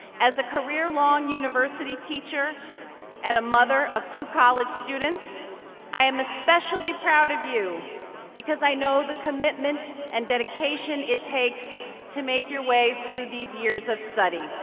as a career-long university teacher and a mother of two college students i am especially proud of you because i know the commitment and dedication it takes to make your way through these years of study.